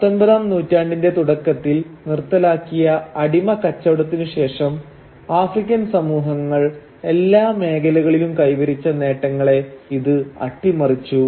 പത്തൊമ്പതാം നൂറ്റാണ്ടിന്റെ തുടക്കത്തിൽ നിർത്തലാക്കിയ അടിമകച്ചവടത്തിനു ശേഷം ആഫ്രിക്കൻ സമൂഹങ്ങൾ എല്ലാ മേഖലകളിലും കൈവരിച്ച നേട്ടങ്ങളെ ഇത് അട്ടിമറിച്ചു